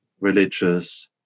religious